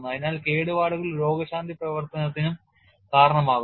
അതിനാൽ കേടുപാടുകൾ രോഗശാന്തി പ്രവർത്തനത്തിനും കാരണമാകുന്നു